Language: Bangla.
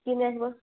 কিনে আনব